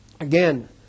again